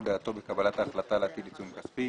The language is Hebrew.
דעתו בקבלת ההחלטה להטיל עיצום כספי.